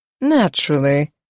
Naturally